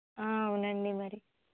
అవునండీ మరి